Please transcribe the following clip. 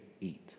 eat